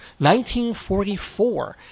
1944